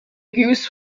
goose